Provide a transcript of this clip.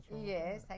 Yes